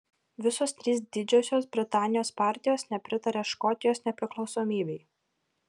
visos trys didžiosios britanijos partijos nepritaria škotijos nepriklausomybei